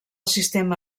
sistema